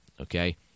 okay